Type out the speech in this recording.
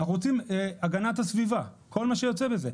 אנחנו רוצים הגנת הסביבה וכל מה שיוצא בזה.